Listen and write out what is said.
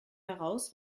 heraus